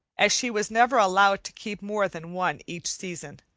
as she was never allowed to keep more than one each season.